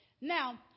Now